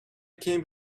came